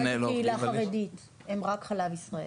צרפת זו קהילה חרדית, הם רק חלב ישראל.